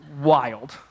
wild